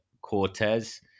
Cortez